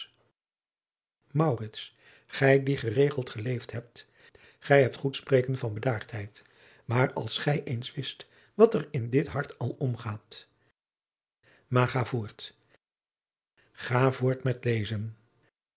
gij die geregeld geleefd hebt gij hebt goed spreken van bedaardheid maar als gij eens wist wat er in dit hart al omgaat maar ga voort ga voort met lezen